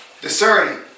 discerning